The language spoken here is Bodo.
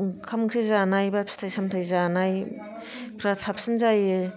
ओंखाम ओंख्रि जानाय बा फिथाइ सामथाइ जानायफ्रा साबसिन जायो